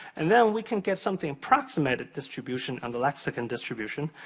and then we can get something approximate distribution on the lexical distribution.